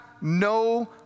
no